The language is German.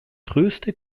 größte